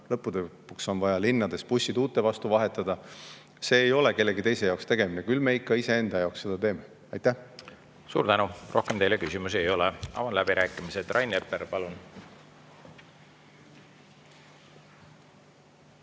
lõppude lõpuks on vaja linnades näiteks bussid uute vastu vahetada. See ei ole kellegi teise jaoks tegemine, küll me ikka iseenda jaoks seda teeme. Suur tänu! Rohkem teile küsimusi ei ole. Avan läbirääkimised. Rain Epler, palun!